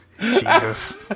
Jesus